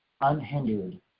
unhindered